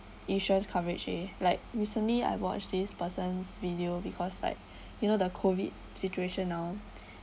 insurance coverage like recently I watch this person's video because like you know the COVID situation now